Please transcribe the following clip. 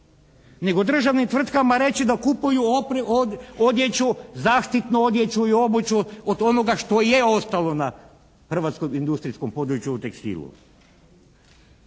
nego državnim tvrtkama reći da kupuju odjeću, zaštitnu odjeću i obuću od onoga što je ostalo na hrvatskom industrijskom području u tekstilu.